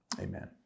Amen